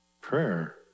prayer